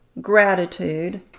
gratitude